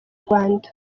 rwanda